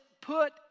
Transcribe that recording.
put